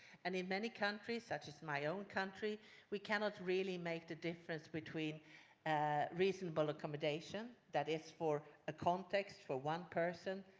and in many countries such as my own country we cannot really make the difference between reasonable accommodation, that is for ah context for one person,